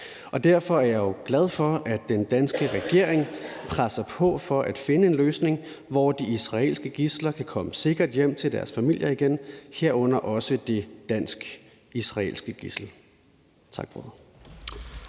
og derfor er jeg jo glad for, at den danske regering presser på for at finde en løsning, hvor de israelske gidsler kan komme sikkert hjem til deres familier igen, herunder også det dansk-israelske gidsel. Tak for